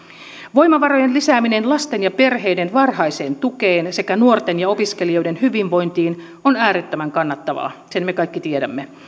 voimavarojen lisääminen lasten ja perheiden varhaiseen tukeen sekä nuorten ja opiskelijoiden hyvinvointiin on äärettömän kannattavaa sen me kaikki tiedämme